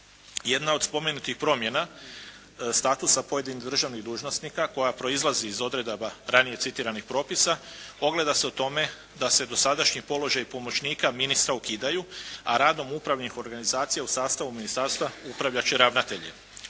Jedna od spomenutih promjena statusa pojedinih državnih dužnosnika koja proizlazi iz odredaba ranije citiranih propisa ogleda se u tome da se dosadašnji položaj pomoćnika ministra ukidaju a radom upravnih organizacija u sastavu ministarstva upravljat će ravnatelji.